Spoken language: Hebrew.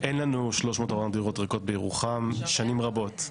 אין לנו דירות ריקות בירוחם שנים רבות,